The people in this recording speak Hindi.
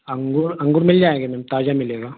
अंगूर अंगूर मिल जाएँगे मैम ताज़ा मिलेगा